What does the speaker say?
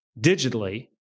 digitally